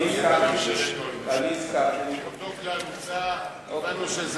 אותו כלל הוצע, הבנו שזאת